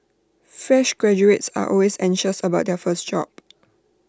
fresh graduates are always anxious about their first job